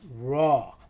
raw